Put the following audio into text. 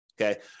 okay